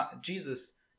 Jesus